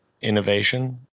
innovation